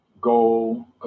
goal